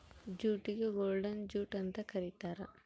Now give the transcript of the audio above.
ಜೂಟಿಗೆ golden jute ಅಂತ ಕರೀತಾರ